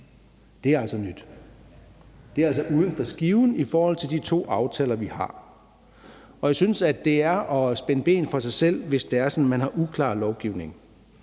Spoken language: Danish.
Det er altså nyt. Det er altså uden for skiven i forhold til de to aftaler, vi har, og jeg synes, at det er at spænde ben for sig selv, hvis det er sådan, at man har uklar lovgivning.